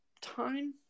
time